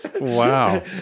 Wow